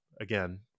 Again